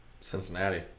Cincinnati